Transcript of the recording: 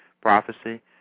prophecy